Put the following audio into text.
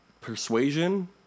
persuasion